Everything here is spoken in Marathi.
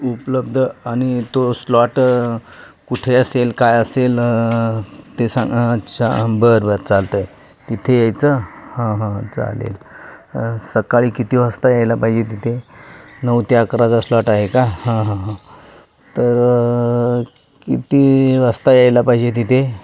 उपलब्ध आणि तो स्लॉट कुठे असेल काय असेल ते सांग चा बर बर चालतं आहे तिथे यायचं हं हं चालेल सकाळी किती वाजता यायला पाहिजे तिथे नऊ ते अकराचा स्लॉट आहे का हां हां हां तर किती वाजता यायला पाहिजे तिथे